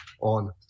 on